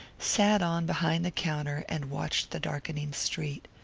sat on behind the counter and watched the darkening street.